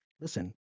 Listen